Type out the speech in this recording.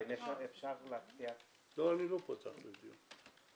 אם אפשר להציע --- אני לא פותח לדיון.